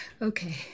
Okay